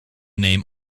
name